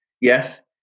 Yes